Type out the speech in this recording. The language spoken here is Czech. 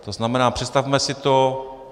To znamená, představme si to.